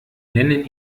nennen